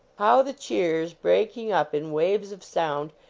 how the cheers, breaking up in waves of sound,